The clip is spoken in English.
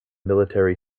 military